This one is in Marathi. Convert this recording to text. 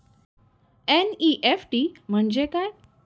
एन.इ.एफ.टी म्हणजे काय?